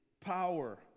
power